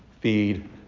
Feed